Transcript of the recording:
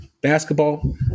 basketball